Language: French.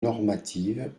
normative